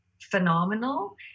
phenomenal